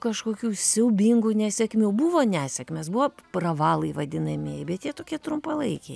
kažkokių siaubingų nesėkmių buvo nesėkmės buvo pravalai vadinamieji bet jie tokie trumpalaikiai